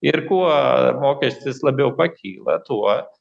ir kuo mokestis labiau pakyla tuo